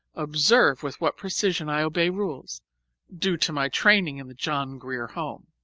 observe with what precision i obey rules due to my training in the john grier home.